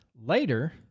later